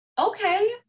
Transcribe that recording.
Okay